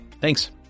Thanks